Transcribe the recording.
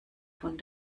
von